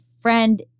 friend